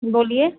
बोलिए